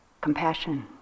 compassion